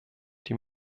die